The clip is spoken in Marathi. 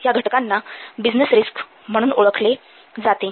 या घटकांना बिझनेस रिस्क्स म्हणून संबोधले जाते